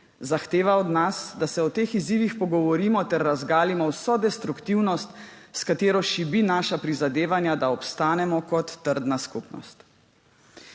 zahteva od nas, da se o teh izzivih pogovorimo ter razgalimo vso destruktivnost, s katero šibi naša prizadevanja, da obstanemo kot trdna skupnost.